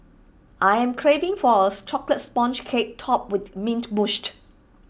I am craving for A Chocolate Sponge Cake Topped with Mint Mousse